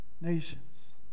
nations